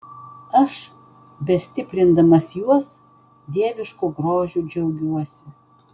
aš bestiprindamas juos dievišku grožiu džiaugiuosi